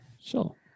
Sure